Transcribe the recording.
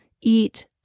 eat